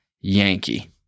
Yankee